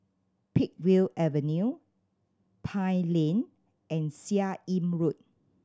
Peakville Avenue Pine Lane and Seah Im Road